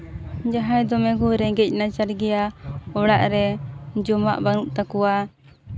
ᱡᱟᱦᱟᱸᱭ ᱫᱚᱢᱮ ᱠᱚ ᱨᱮᱸᱜᱮᱡ ᱱᱟᱪᱟᱨ ᱜᱮᱭᱟ ᱚᱲᱟᱜ ᱨᱮ ᱡᱚᱢᱟᱜ ᱵᱟᱹᱱᱩᱜ ᱛᱟᱠᱚᱣᱟ